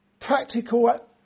Practical